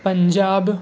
Punjab